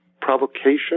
provocation